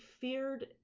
feared